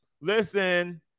Listen